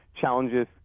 challenges